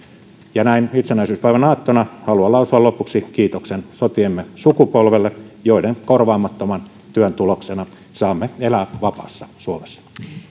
ja näin itsenäisyyspäivän aattona haluan lausua lopuksi kiitoksen sotiemme sukupolvelle jonka korvaamattoman työn tuloksena saamme elää vapaassa suomessa